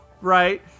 Right